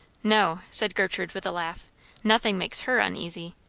no, said gertrude with a laugh nothing makes her uneasy.